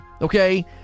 Okay